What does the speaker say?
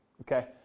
okay